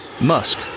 Musk